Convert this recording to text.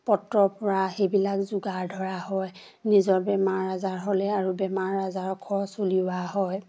পত্ৰৰ পৰা সেইবিলাক যোগাৰ ধৰা হয় নিজৰ বেমাৰ আজাৰ হ'লে আৰু বেমাৰ আজাৰৰ খৰচ উলিওৱা হয়